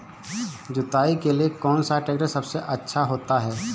जुताई के लिए कौन सा ट्रैक्टर सबसे अच्छा होता है?